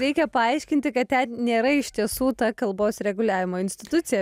reikia paaiškinti kad ten nėra iš tiesų ta kalbos reguliavimo institucija